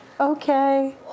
Okay